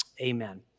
amen